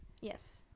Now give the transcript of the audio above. Yes